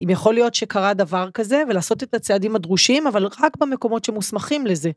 אם יכול להיות שקרה דבר כזה ולעשות את הצעדים הדרושים אבל רק במקומות שמוסמכים לזה.